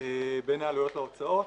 בין העלויות להוצאות.